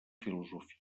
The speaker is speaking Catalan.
filosofia